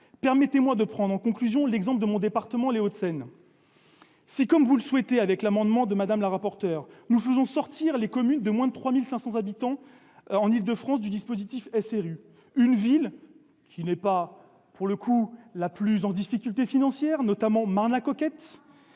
Permettez-moi de prendre, pour conclure, l'exemple de mon département, les Hauts-de-Seine. Si, comme vous le souhaitez avec l'amendement de Mme la rapporteur, nous faisons sortir les communes de moins de 3 500 habitants en Île-de-France du dispositif SRU, une ville qui ne connaît pas les plus grandes difficultés financières, Marnes-la-Coquette,